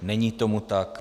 Není tomu tak.